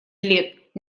лет